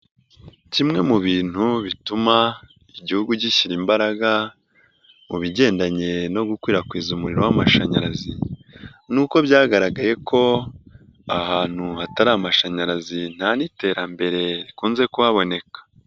Kimwe mu bintu bituma Igihugu gishyira imbaraga mu bigendanye no gukwirakwiza umuriro w'amashanyarazi ni uko byagaragaye ko ahantu hatari amashanyarazi nta n'iterambere rikunze kuhaboneka.